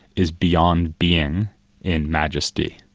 is beyond being in majesty,